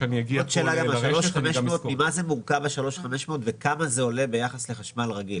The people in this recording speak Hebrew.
ועוד שאלה: ממה מורכב ה-3,500 וכמה זה עולה ביחס לחשמל רגיל?